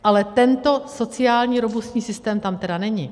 Ale tento sociální robustní systém tam tedy není.